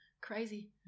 Crazy